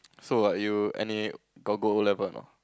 so are you any got go O-level or not